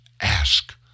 Ask